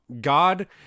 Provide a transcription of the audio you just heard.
god